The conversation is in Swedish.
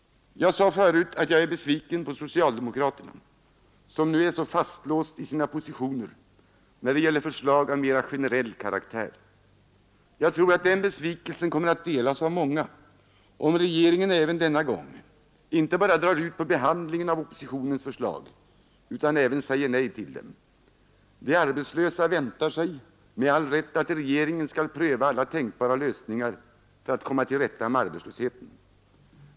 Jag sade förut att jag är besviken på socialdemokratin, som nu är så fastlåst i sina positioner när det gäller förslag av mera generell karaktär. Jag tror att den besvikelsen kommer att delas av många, om regeringen även denna gång inte bara drar ut på behandlingen av oppositionens förslag utan även säger nej till dem. De arbetslösa väntar sig med all rätt att regeringen skall pröva alla tänkbara lösningar för att komma till rätta med arbetslösheten.